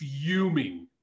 fuming